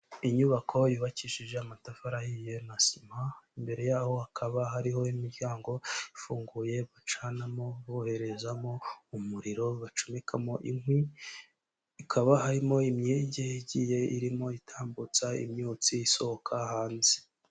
Inyubako yubakishije amatafarihiye na sima, imbere yaho hakaba hariho imiryango ifunguye bacanamo, boherezamo umuriro bacumekamo inkwi, ikaba harimo imyenge igiye irimo itambutsa imyotsi isohoka hanze.